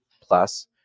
plus